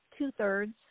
two-thirds